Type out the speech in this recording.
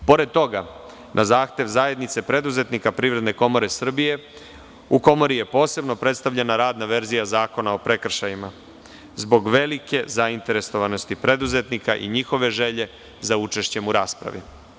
Pored toga, na zahtev zajednice preduzetnika Privredne komore Srbije, u Komori je posebno predstavljena radna verzija Zakona o prekršajima, zbog velike zainteresovanosti preduzetnika i njihove želje za učešćem u rapsravi.